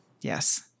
Yes